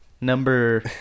Number